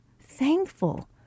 Thankful